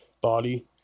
body